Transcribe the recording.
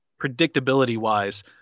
predictability-wise